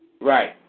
Right